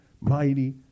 mighty